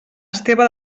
esteve